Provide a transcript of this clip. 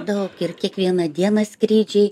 daug ir kiekvieną dieną skrydžiai